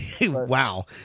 Wow